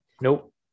Nope